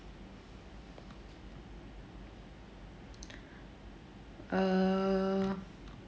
err